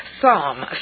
Psalm